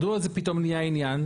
מדוע זה פתאום נהיה עניין?